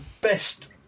best